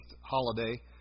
holiday